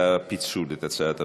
הפיצול, את הצעת הוועדה.